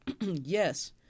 Yes